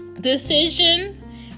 decision